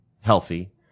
healthy